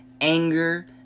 anger